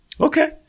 Okay